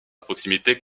proximité